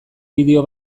bideo